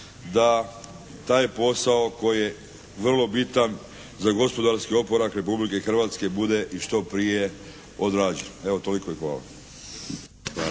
da taj posao koji je vrlo bitan za gospodarski oporavak Republike Hrvatske bude i što prije odrađen. Toliko. Hvala.